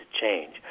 change